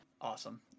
awesome